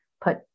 put